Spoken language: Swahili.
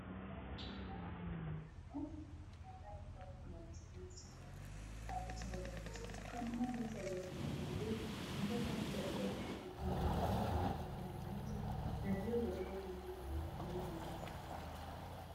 Gari nyeusi linakaa kwamba limejificha, havita weza kuchafuka ambapo unaweza kuona kutoka upande wa ndani uki elekea upande wa nje na vioo vya ndani vimefunguliwa nusu.